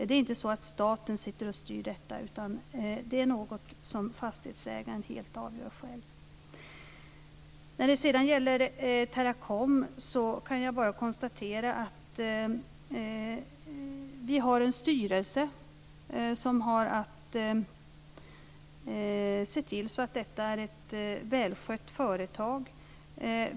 Det är inte staten som styr detta, utan det är något som fastighetsägaren helt avgör själv. När det sedan gäller Teracom kan jag bara konstatera att vi har en styrelse som har att se till att detta är ett välskött företag.